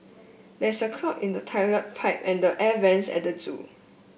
there is a clog in the toilet pipe and the air vents at the zoo